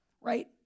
right